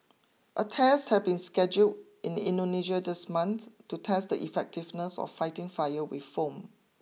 a test has been scheduled in Indonesia this month to test the effectiveness of fighting fire with foam